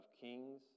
Kings